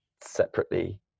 separately